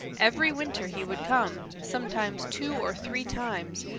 every winter he would come, sometimes two or three times,